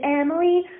Emily